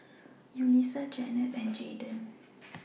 Yulisa Janet and Jayden